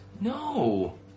No